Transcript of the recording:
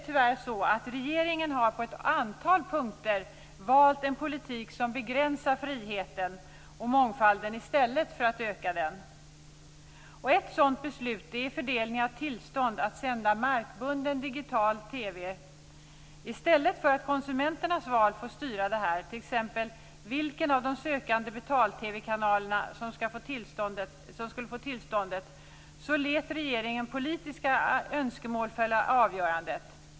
Tyvärr har regeringen på ett antal punkter valt en politik som begränsar friheten och mångfalden i stället för att öka den. Ett sådant beslut är fördelningen av tillstånd att sända markbunden digital-TV. I stället för att konsumenternas val får styra, t.ex. vilken av de sökande betal-TV-kanalerna som skulle få tillståndet, lät regeringen politiska önskemål fälla avgörandet.